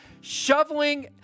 shoveling